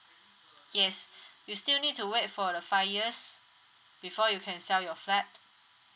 yes you still need to wait for the five years before you can sell your flat